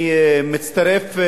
אני מצטרף,